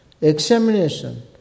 examination